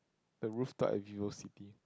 the rooftop at VivoCity